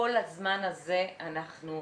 כל הזמן הזה אנחנו,